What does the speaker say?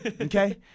Okay